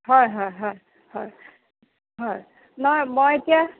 হয় হয় হয় হয় নহয় মই এতিয়া